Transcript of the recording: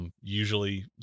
Usually